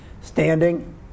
standing